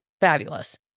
Fabulous